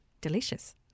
Delicious